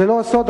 זה לא סוד,